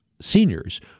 seniors